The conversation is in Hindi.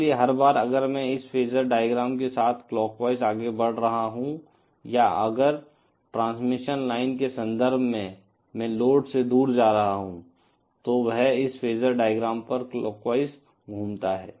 इसलिए हर बार अगर मैं इस फेसर डायग्राम के साथ क्लॉकवाइज आगे बढ़ रहा हूं या अगर ट्रांसमिशन लाइन के संदर्भ में मैं लोड से दूर जा रहा हूं तो वह इस फेसर डायग्राम पर क्लॉकवाइज घूमता है